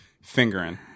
Fingering